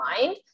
mind